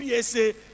PSA